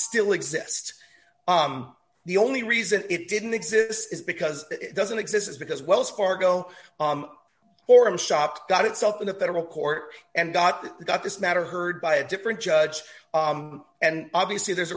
still exist the only reason it didn't exist is because it doesn't exist because wells fargo forum shop got itself in a federal court and got it got this matter heard by a different judge and obviously there's